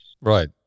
Right